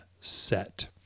Set